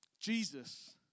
Jesus